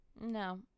No